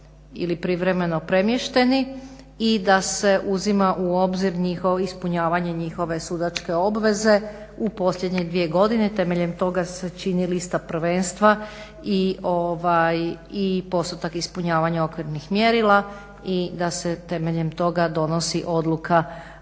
ili privremeno premješteni i da se uzima u obzir ispunjavanje njihove sudačke obveze u posljednje dvije godine. Temeljem toga se čini lista prvenstva i postotak ispunjavanja okvirnih mjerila i da se temeljem toga donosi odluka